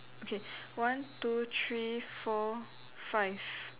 okay one two three four five